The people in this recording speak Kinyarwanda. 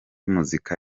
muzika